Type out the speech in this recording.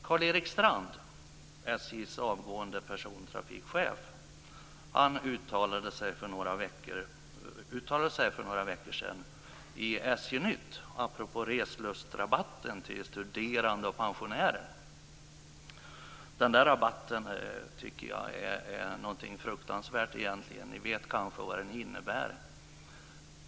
Karl-Erik Strand, SJ:s avgående persontrafikchef, uttalade sig för några veckor sedan i SJ-nytt apropå reslustrabatten till studerande och pensionärer. Den där rabatten tycker jag är någonting fruktansvärt egentligen. Ni vet kanske vad den innebär.